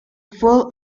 full